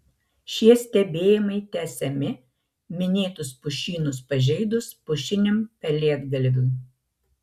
šie stebėjimai tęsiami minėtus pušynus pažeidus pušiniam pelėdgalviui